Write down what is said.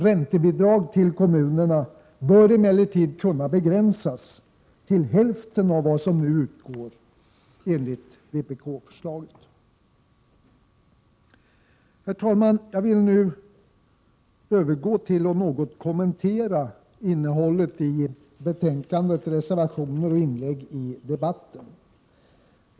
Räntebidragen till kommunerna bör emellertid, enligt vpk:s förslag, kunna begränsas till hälften av vad som nu utgår. Herr talman! Jag övergår nu till att något kommentera innehållet i betänkandet, reservationerna och inläggen i debatten.